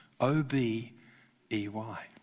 O-B-E-Y